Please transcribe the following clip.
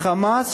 "חמאס",